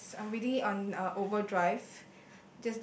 yes I'm reading it on uh overdrive